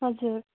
हजुर